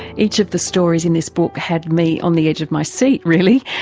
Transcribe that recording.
each of the stories in this book had me on the edge of my seat really.